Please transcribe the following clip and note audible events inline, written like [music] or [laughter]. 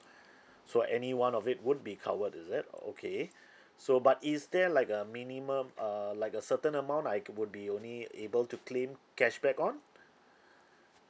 [breath] so any one of it would be covered is it okay [breath] so but is there like a minimum err like a certain amount I c~ would be only able to claim cashback on [breath]